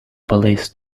police